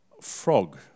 Frog